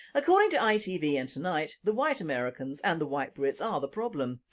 according to itv and tonight, the white americans and the white brits are the problem,